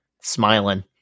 smiling